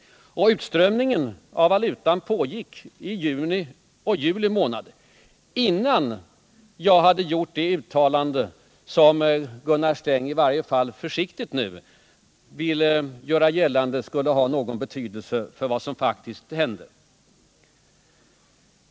Utströmningen av valuta pågick i juni och juli månad, innan jag hade gjort det uttalande som Gunnar Sträng — försiktigt nu — vill göra gällande skulle ha haft någon betydelse för vad som faktiskt hände.